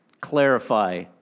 clarify